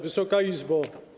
Wysoka Izbo!